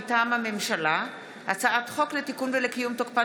מטעם הממשלה: הצעת חוק לתיקון ולקיום תוקפן